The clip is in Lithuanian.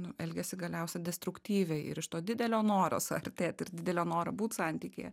nu elgiasi galiausia destruktyviai ir iš to didelio noro suartėt ir didelio noro būt santykyje